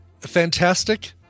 Fantastic